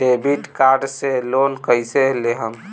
Debit card से loan कईसे लेहम?